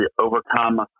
overcome